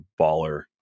baller